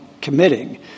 committing